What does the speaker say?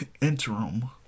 interim